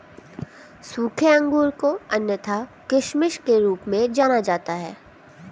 सूखे अंगूर को अन्यथा किशमिश के रूप में जाना जाता है